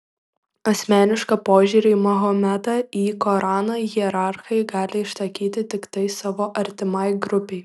asmenišką požiūrį į mahometą į koraną hierarchai gali išsakyti tiktai savo artimai grupei